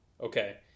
Okay